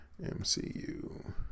mcu